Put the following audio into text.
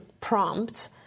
prompt